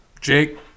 Jake